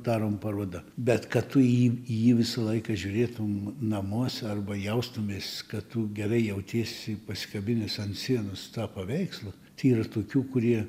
daroma paroda bet kad tu į jį į jį visą laiką žiūrėtum namuose arba jaustumeis kad tu gerai jautiesi pasikabinęs ant sienos tą paveikslą tai yra tokių kurie